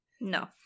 No